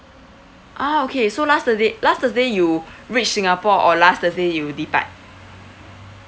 ah okay so last thursday last thursday you reach singapore or last thursday you depart